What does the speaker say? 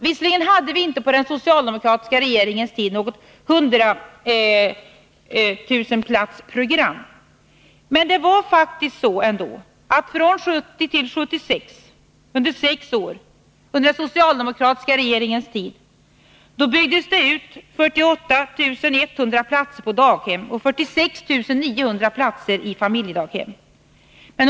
Visserligen hade vi inte på den socialdemokratiska regeringens tid något hundratusenplatsersprogram, men under sex år — från 1970 till 1976 — under den socialdemokratiska regeringens tid var det faktiskt så att det byggdes ut 48 100 platser i daghem och 46 900 platser i familjedaghem.